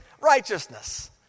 righteousness